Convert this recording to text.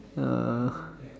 uh